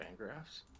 Fangraphs